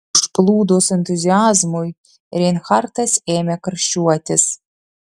užplūdus entuziazmui reinhartas ėmė karščiuotis